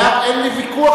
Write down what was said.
אין לי ויכוח,